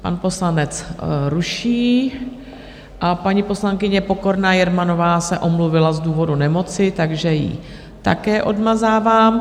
Pan poslanec ruší a paní poslankyně Pokorná Jermanová se omluvila z důvodu nemoci, takže ji také odmazávám.